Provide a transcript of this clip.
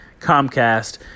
Comcast